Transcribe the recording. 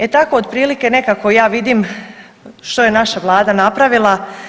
E tako otprilike nekako ja vidim što je naša vlada napravila.